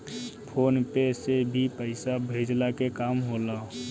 phone पे से भी पईसा भेजला के काम होला